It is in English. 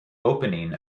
opening